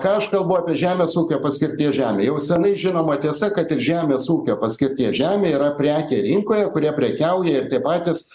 ką aš kalbu apie žemės ūkio paskirties žemę jau senai žinoma tiesa kad ir žemės ūkio paskirties žemė yra prekė rinkoje kuria prekiauja ir tie patys